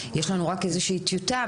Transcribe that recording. התקנות, יש לנו רק איזושהי טיוטה.